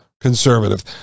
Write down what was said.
conservative